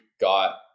got